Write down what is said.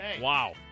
wow